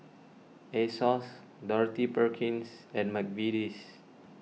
Asos Dorothy Perkins and Mcvitie's